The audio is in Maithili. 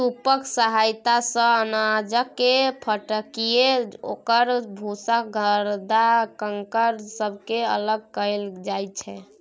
सूपक सहायता सँ अनाजकेँ फटकिकए ओकर भूसा गरदा कंकड़ सबके अलग कएल जाइत छै